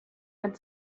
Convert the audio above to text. had